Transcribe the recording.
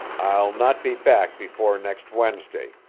i'll not be back before next wednesday,